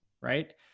right